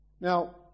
Now